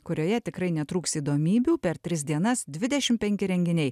kurioje tikrai netrūks įdomybių per tris dienas dvidešim penki renginiai